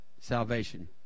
salvation